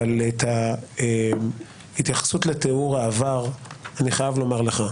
אבל את ההתייחסות לתיאור העבר, אני חייב לומר לך,